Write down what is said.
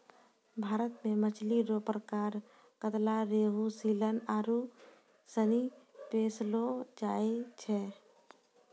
भारत मे मछली रो प्रकार कतला, रेहू, सीलन आरु सनी पैयलो जाय छै